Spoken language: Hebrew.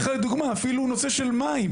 אני אתן לך לדוגמה, אפילו בנושא של מים.